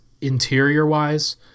interior-wise